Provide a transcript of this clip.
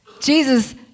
Jesus